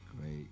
Great